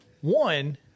One